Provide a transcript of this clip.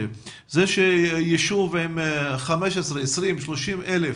אם ניקח רשות עם 15- 20- 30 אלף,